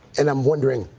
and i'm wondering,